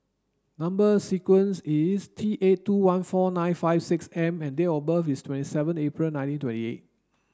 number sequence is T eight two one four nine five six M and date of birth is twenty seven April nineteen twenty eight